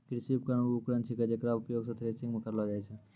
कृषि उपकरण वू उपकरण छिकै जेकरो उपयोग सें थ्रेसरिंग म करलो जाय छै